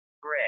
Gray